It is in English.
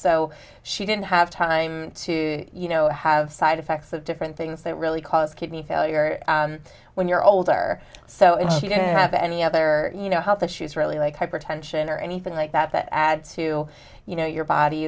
so she didn't have time to you know have side effects of different things that really cause kidney failure when you're older so if she didn't have any other you know health issues really like hypertension or anything like that that add to you know your body